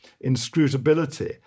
inscrutability